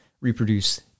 reproduce